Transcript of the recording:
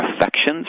affections